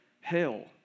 hell